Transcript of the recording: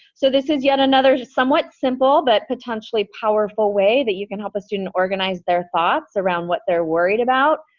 so this is yet another somewhat simple but potentially powerful way that you can help a student organize their thoughts around what they're worried about.